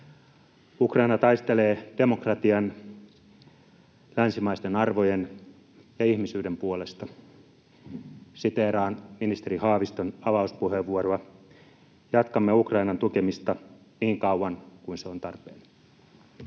Ukraina taistelee demokratian, länsimaisten arvojen ja ihmisyyden puolesta. Siteeraan ministeri Haaviston avauspuheenvuoroa: ”Jatkamme Ukrainan tukemista niin kauan kuin se on tarpeen.”